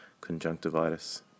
conjunctivitis